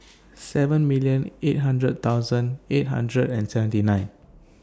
seven million eight hundred thousand eight hundred and seventy nine